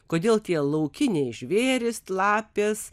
kodėl tie laukiniai žvėrys lapės